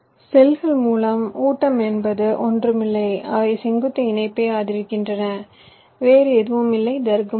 செல்கள் மூலம் ஊட்டம் என்பது ஒன்றும் இல்லை அவை செங்குத்து இணைப்பை ஆதரிக்கின்றன வேறு எதுவும் இல்லை தர்க்கமும் இல்லை